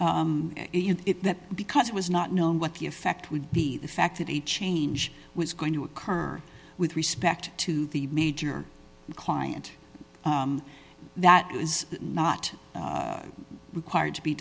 because it was not known what the effect would be the fact that a change was going to occur with respect to the major client that is not required to be